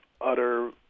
utter